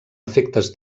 efectes